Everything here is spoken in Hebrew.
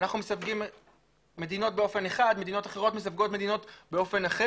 אנחנו מסווגים מדינות באופן אחד,